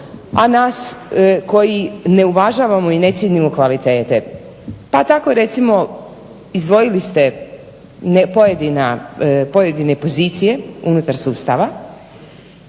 a nas koji ne uvažavamo i ne cijenimo kvalitete, pa tako recimo izdvojili ste pojedine pozicije unutar sustava,